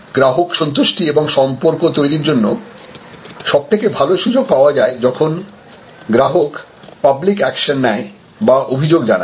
গ্রাহক সন্তুষ্টি এবং সম্পর্ক তৈরীর জন্য সবথেকে ভালো সুযোগ পাওয়া যায় যখন গ্রাহক পাবলিক একশন নেয় বা অভিযোগ জানায়